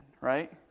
right